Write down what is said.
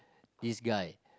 this guy